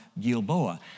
Gilboa